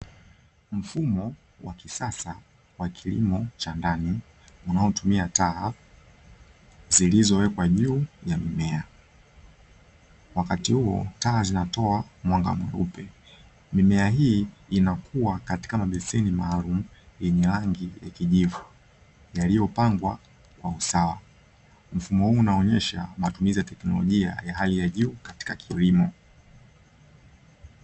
Mfumo wa kisasa wa kilimo cha ndani, unaotumia taa zilizowekwa juu ya mimea, wakati huo taa zinatoa mwanga mweupe. Mimea hii inakua katika mabeseni maalumu yenye rangi ya kijivu, yaliyopangwa kwa usawa. Mfumo huu unaonesha matumizi ya tekinolojia ya hali ya juu katika kilimo.